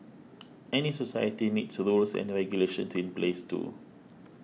any society needs rules and regulations in place too